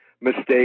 mistake